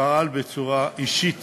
שפעל בצורה אישית